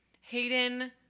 Hayden